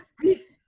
speak